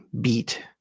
beat